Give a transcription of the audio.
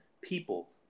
people